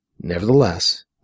Nevertheless